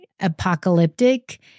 apocalyptic